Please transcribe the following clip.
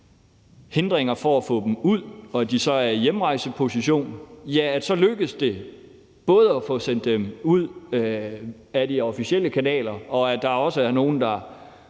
hindringer for at få dem ud, og de så er i hjemrejseposition, så lykkes det at få sendt dem ud ad de officielle kanaler, og der er også nogle, der